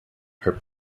her